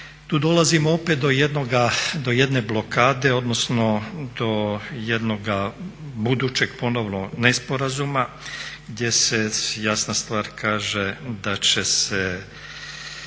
Tu dolazimo opet do jedne blokade, odnosno do jednoga budućeg ponovno nesporazuma gdje se jasna stvar kaže da će se